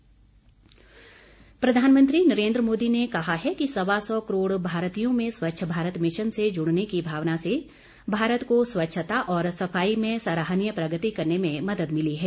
स्वच्छता प्रधानमंत्री नरेन्द्र मोदी ने कहा है कि सवा सौ करोड़ भारतीयों में स्वच्छ भारत मिशन से जुड़ने की भावना से भारत को स्वच्छता और सफाई में सराहनीय प्रगति करने में मदद मिली है